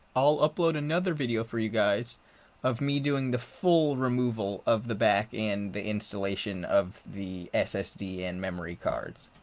i'll upload another video for you guys of me doing the full removal of the back in the installation of the ssd and memory cards.